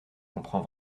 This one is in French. comprend